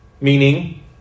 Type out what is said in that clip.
meaning